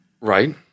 Right